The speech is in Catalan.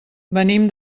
venim